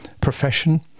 profession